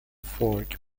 fork